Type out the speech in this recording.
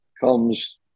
comes